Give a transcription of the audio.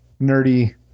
Nerdy